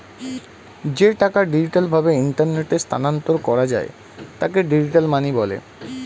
যে টাকা ডিজিটাল ভাবে ইন্টারনেটে স্থানান্তর করা যায় তাকে ডিজিটাল মানি বলে